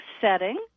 setting